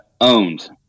owned